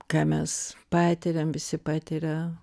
ką mes patiriam visi patiria